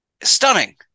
stunning